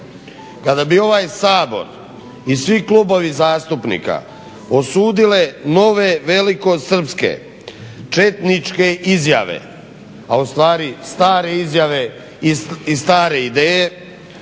kada bi ovaj Sabor i svi klubovi zastupnika osudili nove velikosrpske, četničke izjave, a ustvari stare izjave i stare ideje